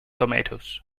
tomatoes